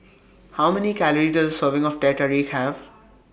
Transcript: How Many Calories Does A Serving of Teh Tarik Have